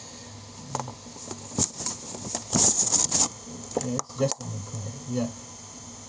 yes just a moment ya